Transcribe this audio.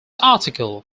article